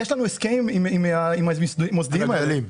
יש לנו הסכם עם המוסדיים האלה,